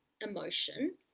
emotion